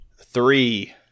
Three